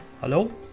Hello